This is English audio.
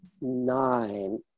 nine